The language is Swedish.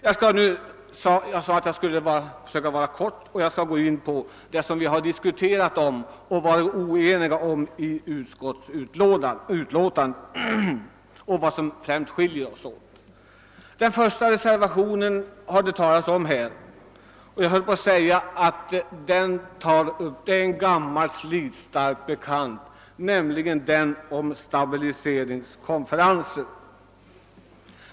Jag skall som sagt fatta mig kort, och jag skall därför gå över till det som vi var oense om i utskottet. Här har man redan talat om den första reservationen, som är en gammal slitstark bekant; den tar nämligen upp förslaget om en stabiliseringskonferens.